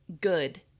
good